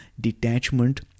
detachment